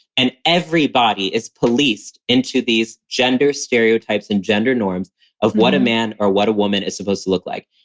and every body is policed into these gender stereotypes and gender norms of what a man or what a woman is supposed to look like.